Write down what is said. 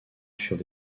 furent